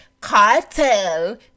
Cartel